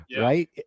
right